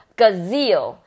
gazelle